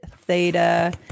theta